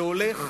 זה הולך: